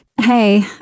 Hey